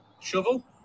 Shovel